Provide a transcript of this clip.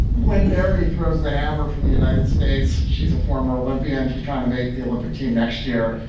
when barry throws the hammer for the united states, she's a former olympian. she's trying to make the olympic team next year.